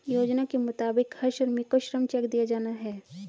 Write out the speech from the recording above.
योजना के मुताबिक हर श्रमिक को श्रम चेक दिया जाना हैं